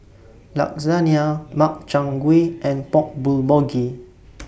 Lasagna Makchang Gui and Pork Bulgogi